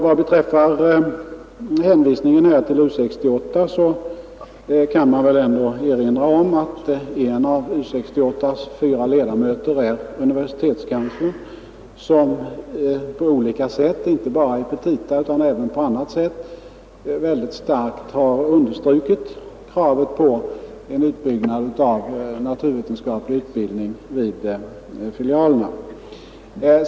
Vad beträffar hänvisningen till U 68 kan man väl erinra om att en av de fyra ledamöterna i U 68 är universitetskanslern som, inte bara i petita utan även på annat sätt, starkt har understrukit kravet på en utbyggnad av naturvetenskaplig utbildning vid universitetsfilialerna.